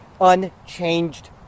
unchanged